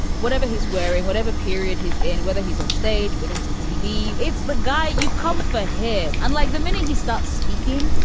whatever he's wearing, whatever period he's in, whether he's on stage, whether he's on tv, it's the guy you comfort him. unlike the minute he starts speaking,